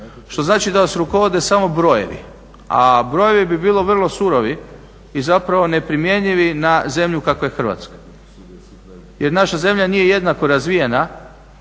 što znači da vas rukovode samo brojevi, a brojevi bi bili vrlo surovi i neprimjenjivi na zemlju kakva je Hrvatska. Jer naša zemlja nije jednako razvijena